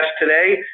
today